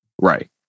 Right